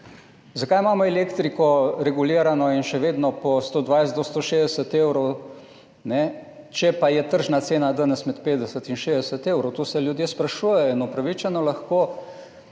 Zakaj imamo elektriko regulirano in še vedno po 120 do 160 evrov, če pa je tržna cena danes med 50 in 60 evrov? To se ljudje sprašujejo in upravičeno lahko